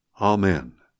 Amen